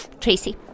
Tracy